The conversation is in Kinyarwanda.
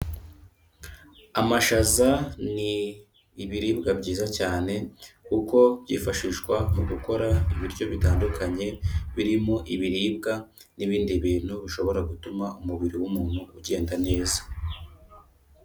Amashaza ni ibiribwa byiza cyane kuko byifashishwa mu gukora ibiryo bitandukanye, birimo ibiribwa n'ibindi bintu bishobora gutuma umubiri w'umuntu ugenda neza.